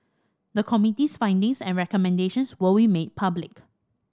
the Committee's findings and recommendations will be made public